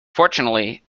fortunately